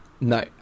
No